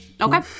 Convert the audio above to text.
Okay